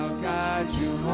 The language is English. guide you